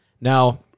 Now